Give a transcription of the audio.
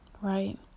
right